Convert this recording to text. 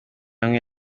hamwe